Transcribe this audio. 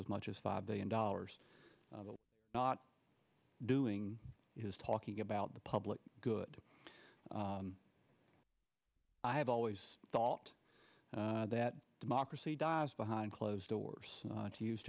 as much as five billion dollars not doing is talking about the public good i have always thought that democracy dies behind closed doors to use